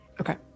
Okay